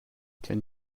can